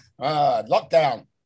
Lockdown